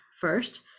first